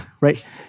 right